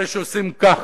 אלה שעושים ככה.